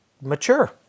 mature